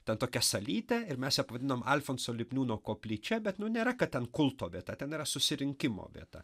ten tokia salytė ir mes vadiname alfonso lipniūno koplyčia bet nu nėra kad ten kulto vieta ten yra susirinkimo vieta